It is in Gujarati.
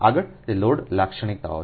આગળ તે લોડ લાક્ષણિકતાઓ છે